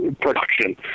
Production